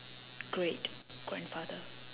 great grandfather